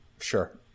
sure